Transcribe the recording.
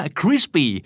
crispy